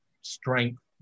strength